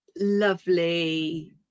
lovely